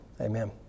Amen